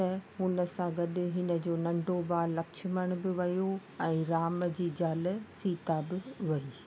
त हुन सां गॾ हिन जो नंढो भाउ लक्ष्मण बि वियो ऐं राम जी ज़ाल सीता बि वई